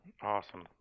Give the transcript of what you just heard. Awesome